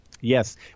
Yes